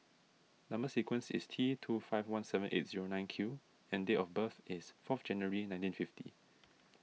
Number Sequence is T two five one seven eight zero nine Q and date of birth is four January nineteen fifty